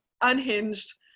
unhinged